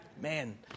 Man